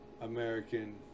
american